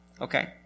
Okay